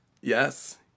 Yes